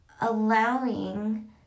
allowing